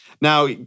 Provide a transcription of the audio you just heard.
Now